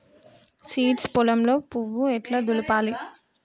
Seeds పొలంలో పువ్వు ఎట్లా దులపాలి?